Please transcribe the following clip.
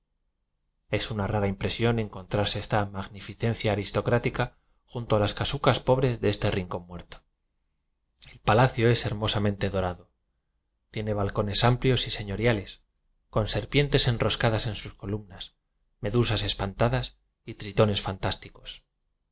es una rara impresión encontrarse esta magnificencia aristocrática junto a las casucas pobres de este rincón muerto el palacio es hermosamente dorado tiene balcones amplios y señoriales con serpien tes enroscadas en sus columnas medusas espantadas y tritones fantásticos